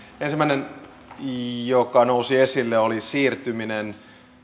ensimmäinen asia joka nousi esille oli siirtyminen